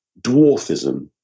dwarfism